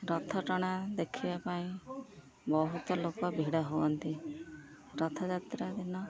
ରଥଟଣା ଦେଖିବା ପାଇଁ ବହୁତ ଲୋକ ଭିଡ଼ ହୁଅନ୍ତି ରଥଯାତ୍ରା ଦିନ